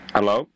Hello